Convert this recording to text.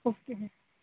okay ہے